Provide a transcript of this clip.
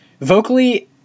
Vocally